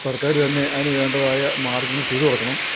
സർക്കാര് തന്നെ അതുനു വേണ്ടതായ മാർഗ്ഗങ്ങൾ ചെയ്തുകൊടുക്കണം